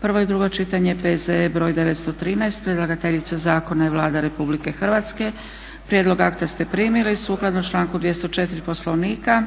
prvo i drugo čitanje, P.Z.E. br. 913 Predlagateljica zakona je Vlada Republike Hrvatske. Prijedlog akta ste primili. Sukladno članku 204. Poslovnika